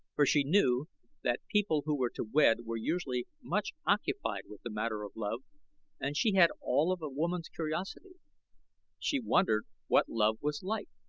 for she knew that people who were to wed were usually much occupied with the matter of love and she had all of a woman's curiosity she wondered what love was like.